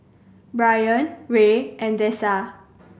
Bryan Rey and Dessa